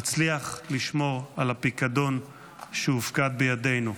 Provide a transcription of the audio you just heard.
נצליח לשמור על הפיקדון שהופקד בידינו.